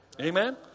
Amen